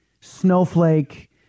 snowflake